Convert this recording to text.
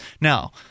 Now